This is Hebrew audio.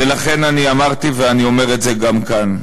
ולכן אני אמרתי, ואני אומר את זה גם כאן: